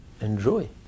enjoy